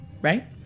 right